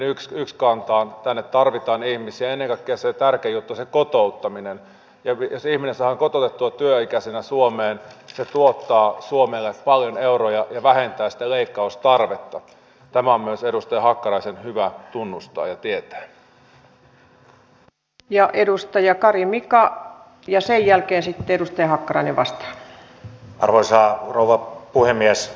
on sanottu että nyt tarvitaan ihmisen eläkkeessä tarkejutussa kotouttaminen ja virsiimme saako tunnettu työikäisenä suomeen ei ole ollut riittävää kustannussuunnitelmaa ei asianmukaista johtamisjärjestelmää päätöksentekomenettely on ollut puutteellista ei ole ollut taloussuunnittelua kokonaisarkkitehtuurissa ei ole ollut linjavetoja ja hankkeita on johdettu erilaisissa työryhmissä sekä konsulttivetoisesti